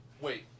Wait